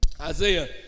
Isaiah